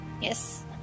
Yes